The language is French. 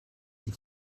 dix